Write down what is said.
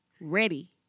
ready